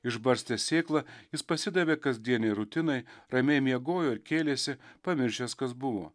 išbarstęs sėklą jis pasidavė kasdienei rutinai ramiai miegojo ir kėlėsi pamiršęs kas buvo